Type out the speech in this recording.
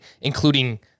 including